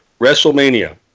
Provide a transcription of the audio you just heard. WrestleMania